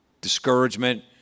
discouragement